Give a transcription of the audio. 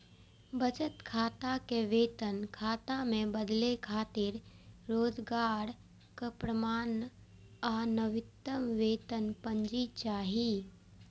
बचत खाता कें वेतन खाता मे बदलै खातिर रोजगारक प्रमाण आ नवीनतम वेतन पर्ची चाही